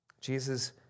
Jesus